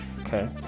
Okay